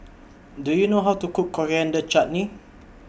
Do YOU know How to Cook Coriander Chutney